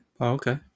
Okay